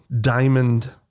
Diamond